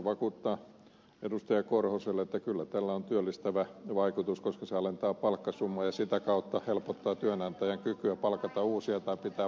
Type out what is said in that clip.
martti korhoselle että kyllä tällä on työllistävä vaikutus koska se alentaa palkkasummaa ja sitä kautta helpottaa työnantajan kykyä palkata uusia tai pitää vanhoja töissä